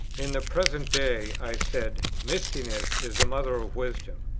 in the present day, i said, mistiness is the mother of wisdom.